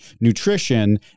nutrition